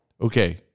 okay